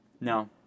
No